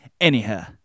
Anyhow